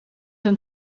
een